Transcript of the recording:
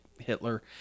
Hitler